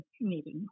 meeting